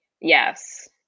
Yes